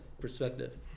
perspective